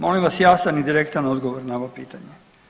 Molim vas jasan i direktan odgovor na ovo pitanje.